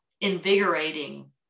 invigorating